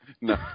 No